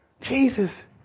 Jesus